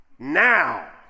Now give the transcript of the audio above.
Now